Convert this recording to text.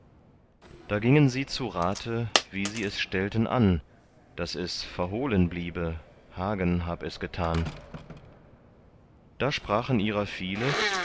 da gingen sie zu rate wie sie es stellten an daß es verhohlen bliebe hagen hab es getan da sprachen ihrer viele